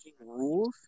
rules